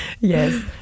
Yes